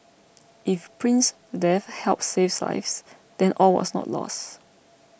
if Prince's death helps save lives then all was not lost